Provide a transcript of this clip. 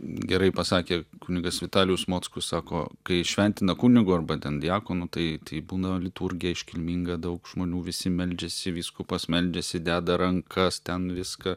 gerai pasakė kunigas vitalijus mockus sako kai įšventina kunigu arba ten diakonu tai tai būna liturgija iškilminga daug žmonių visi meldžiasi vyskupas meldžiasi deda rankas ten viską